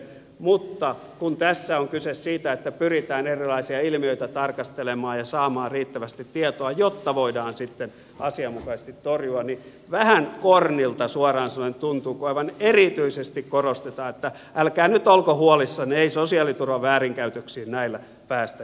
mutta kun tässä on kyse siitä että pyritään erilaisia ilmiöitä tarkastelemaan ja saamaan riittävästi tietoa jotta voidaan sitten asianmukaisesti torjua niin vähän kornilta suoraan sanoen tuntuu kun aivan erityisesti korostetaan että älkää nyt olko huolissanne ei sosiaaliturvan väärinkäytöksiin näillä päästä käsiksi